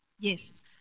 Yes